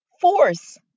force